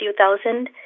2000